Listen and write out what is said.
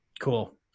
Cool